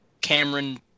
Cameron